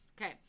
Okay